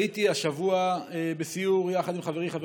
הייתי השבוע בסיור יחד עם חברי חבר